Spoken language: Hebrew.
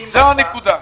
זו הנקודה.